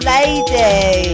Lady